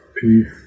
peace